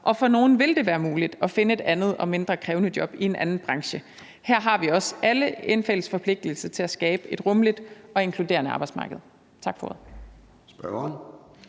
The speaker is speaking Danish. og for nogle vil det være muligt at finde et andet og mindre krævende job i en anden branche. Her har vi også alle en fælles forpligtelse til at skabe et rummeligt og inkluderende arbejdsmarked.